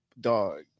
dog